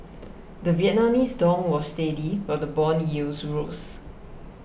the Vietnamese dong was steady while the bond yields rose